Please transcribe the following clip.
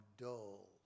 dull